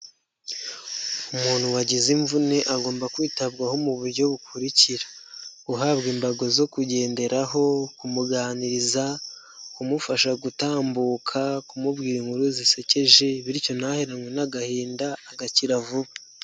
Umuntu wagize imvune agomba kwitabwaho mu buryo bukurikira: Guhabwa imbago zo kugenderaho, kumuganiriza, kumufasha gutambuka, kumubwira inkuru zisekeje bityo ntaheranwe n'agahinda, agakira vuba.